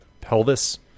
pelvis